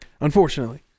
Unfortunately